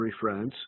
France